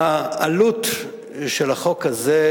העלות של החוק הזה,